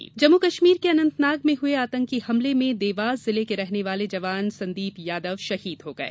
शहीद जम्मू कश्मीर के अनंतनाग में हुए आतंकी हमले में देवास जिले के रहने वाले जवान संदीप यादव शहीद हो गये